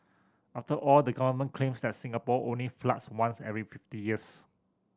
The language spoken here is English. after all the government claims that Singapore only floods once every fifty years